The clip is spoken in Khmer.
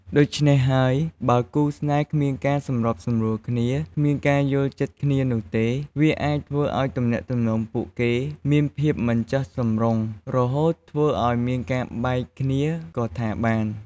ដូច្នេះហើយបើ បើគូរស្នេហ៍គ្មានការសម្របសម្រួលគ្នា គ្មានការយល់ចិត្តគ្នានោះទេ វាអាចធ្វើឲ្យទំនាក់ទំនងពួកគេ មានភាពមិនចុះសម្រុង រហូតធ្វើឲ្យមានការបែកគ្នាក៏ថាបាន។